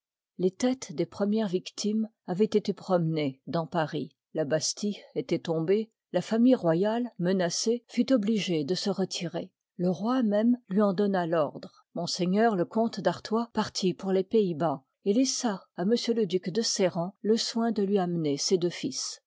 les têtes des premières victimes avoient été promenées dans paris la bastille étoit tombée la famille royale menacée fut obligée de se retirer le roi même lui en donna l'ordre m le comte d'artois partit pour les pays-bas et laissa à m le duc de sérent le soin de lui amener ses deux fils